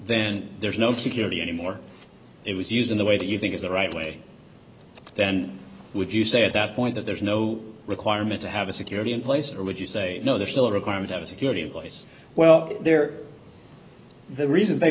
then there is no particularly anymore it was used in the way that you think is the right way then would you say at that point that there's no requirement to have a security in place or would you say no there is no requirement of security in place well there the reason they